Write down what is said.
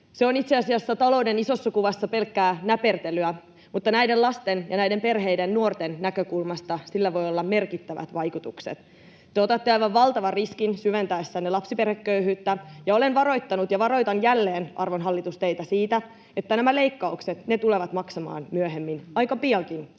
Se on itse asiassa talouden isossa kuvassa pelkkää näpertelyä, mutta näiden lasten ja näiden perheiden, nuorten näkökulmasta sillä voi olla merkittävät vaikutukset. Te otatte aivan valtavan riskin syventäessänne lapsiperheköyhyyttä, ja olen varoittanut ja varoitan jälleen, arvon hallitus, teitä siitä, että nämä leikkaukset tulevat maksamaan myöhemmin, aika piankin